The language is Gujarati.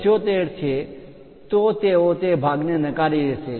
78 છે તો તેઓ તે ભાગને નકારી દેશે